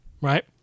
right